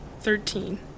Thirteen